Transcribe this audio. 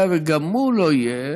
ואם גם הוא לא יהיה,